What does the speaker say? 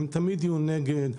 הם תמיד יהיו נגד,